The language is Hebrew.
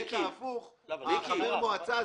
מיקי, בשביל מה אתה מעיק עליהם?